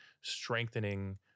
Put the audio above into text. strengthening